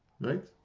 right